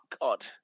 God